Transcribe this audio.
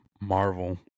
Marvel